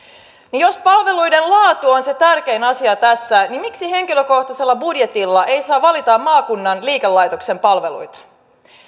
niin jos palveluiden laatu on se tärkein asia tässä miksi henkilökohtaisella budjetilla ei saa valita maakunnan liikelaitoksen palveluita